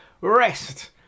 rest